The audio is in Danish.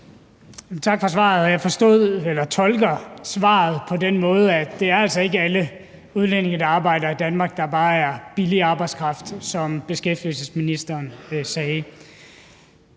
Tak for svaret. Jeg tolker svaret på den måde, at det altså ikke er alle udlændinge, der arbejder i Danmark, der bare er billig arbejdskraft, som beskæftigelsesministeren sagde.